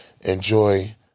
enjoy